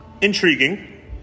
Intriguing